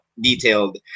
detailed